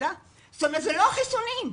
עניין החיסונים,